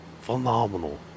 Phenomenal